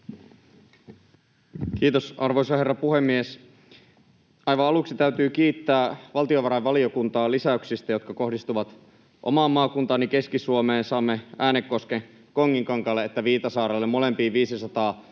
Kiitos, arvoisa herra puhemies! Aivan aluksi täytyy kiittää valtiovarainvaliokuntaa lisäyksistä, jotka kohdistuvat omaan maakuntaani Keski-Suomeen. Saamme Äänekosken Konginkankaalle ja Viitasaarelle, molempiin, 500 000 euroa